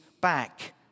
back